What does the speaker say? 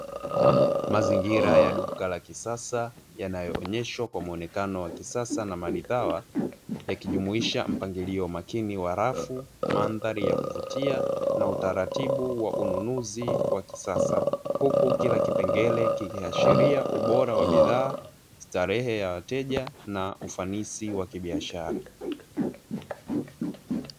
Mazingira ya duka la kisasa yanayoonyeshwa kwa muonekano wa kisasa na maridhawa yakijumuisha mpangilio makini wa rafu, mandhari ya kuvutia na utaratibu wa ununuzi wa kisasa huku kila kipengele kikiashiria ubora wa bidhaa, starehe ya wateja na ufanisi wa kibiashara.